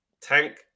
Tank